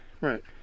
right